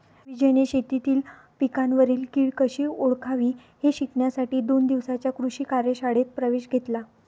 विजयने शेतीतील पिकांवरील कीड कशी ओळखावी हे शिकण्यासाठी दोन दिवसांच्या कृषी कार्यशाळेत प्रवेश घेतला